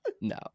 no